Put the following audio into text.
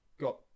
got